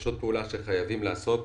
יש עוד פעולה שחייבים לעשות,